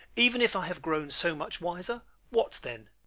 even if i have grown so much wiser, what then?